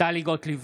טלי גוטליב,